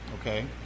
Okay